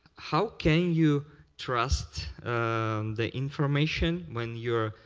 how can you trust the information when you're,